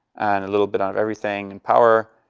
and a little bit out of everything, and power,